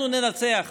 אנחנו ננצח